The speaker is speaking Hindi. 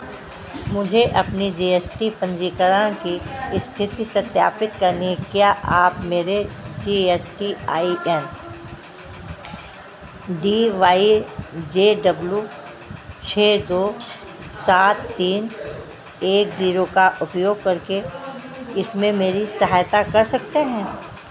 मुझे अपने जी एस टी पंजीकरण की स्थिति सत्यापित करनी है क्या आप मेरे G S T I N D Y J W छः दो सात तीन एक जीरो का उपयोग करके इसमें मेरी सहायता कर सकते हैं